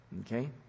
Okay